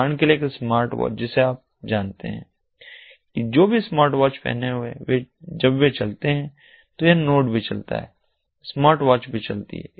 उदाहरण के लिए एक स्मार्टवॉच जिसे आप जानते हैं कि जो भी स्मार्टवॉच पहने हुए है जब वे चलते हैं तो यह नोड भी चलता है स्मार्टवॉच भी चलती है